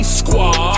squad